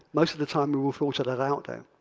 most of the time we will filter that out there.